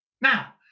Now